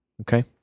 Okay